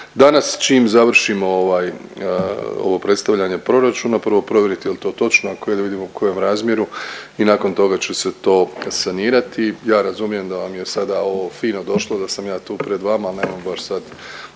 danas čim završimo ovaj ovo predstavljanje proračuna prvo provjeriti jel to točno, ako je da vidimo u kojem razmjeru i nakon toga će se to sanirati. Ja razumijem da vam je sada ovo fino došlo da sam ja tu pred vama, ali nemojmo baš sad